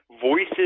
voices